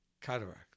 cataract